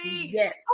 Yes